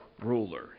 ruler